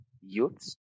youths